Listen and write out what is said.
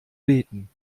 beten